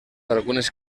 algunes